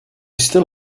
still